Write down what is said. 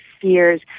fears